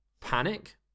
panic